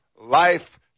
Life